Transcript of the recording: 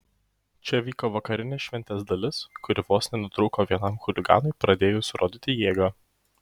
čia vyko vakarinė šventės dalis kuri vos nenutrūko vienam chuliganui pradėjus rodyti jėgą